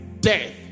death